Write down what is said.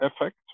effect